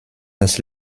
das